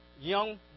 young